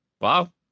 Wow